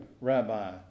rabbi